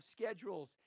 schedules